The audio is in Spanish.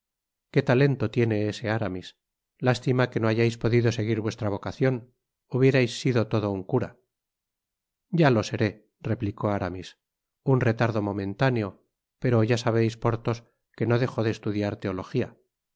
qué talehto lie ne ese aramis lástima que no hayais podido seguir vuestra vocacion hubierais sido todo un cura ya lo seré replicó aramis un retardo momentáneo pero ya sabeis porthos que no dejo de estudiar teología